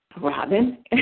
Robin